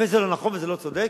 זה לא נכון, וזה לא צודק?